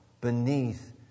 beneath